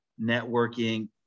networking